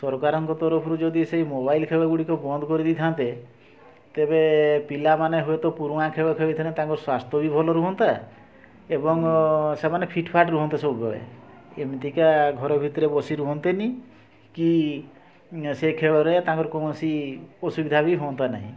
ସରକାରଙ୍କ ତରଫରୁ ଯଦି ସେଇ ମୋବାଇଲ୍ ଖେଳଗୁଡ଼ିକ ବନ୍ଦ କରି ଦେଇଥାଆନ୍ତେ ତେବେ ପିଲାମାନେ ହୁଏତ ପୁରୁଣା ଖେଳ ଖେଳିଥିଲେ ତାଙ୍କ ସ୍ୱାସ୍ଥ୍ୟ ବି ଭଲ ରୁହନ୍ତା ଏବଂ ସେମାନେ ଫିଟ୍ ଫାଟ୍ ରୁହନ୍ତେ ସବୁବେଳେ ଏମିତିକା ଘର ଭିତରେ ବସି ରୁହନ୍ତେନି କି ସେ ଖେଳରେ ତାଙ୍କର କୌଣସି ଅସୁବିଧା ବି ହୁଅନ୍ତା ନାହିଁ